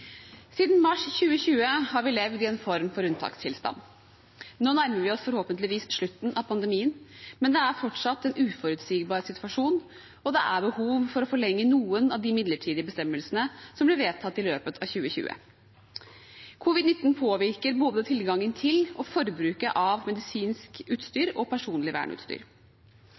Siden mars 2020 har vi levd i en form for unntakstilstand. Nå nærmer vi oss forhåpentligvis slutten av pandemien, men det er fortsatt en uforutsigbar situasjon, og det er behov for å forlenge noen av de midlertidige bestemmelsene som ble vedtatt i løpet av 2020. Covid-19 påvirker både tilgangen til og forbruket av medisinsk utstyr og personlig verneutstyr.